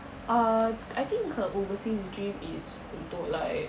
uh I think her overseas dream is untuk like